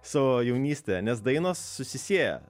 savo jaunystę nes dainos susisieja